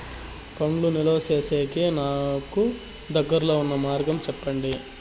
పండ్లు నిలువ సేసేకి నాకు దగ్గర్లో ఉన్న మార్గం చెప్పండి?